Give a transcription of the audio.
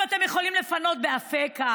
אם אתם יכולים לפנות באפקה,